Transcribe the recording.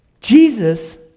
Jesus